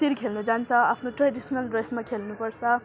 तिर खेल्नु जान्छ आफ्नो ट्रेडिसनल ड्रेसमा खेल्नुपर्छ